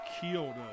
killed